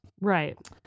Right